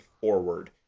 forward